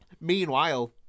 Meanwhile